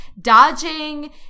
dodging